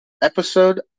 episode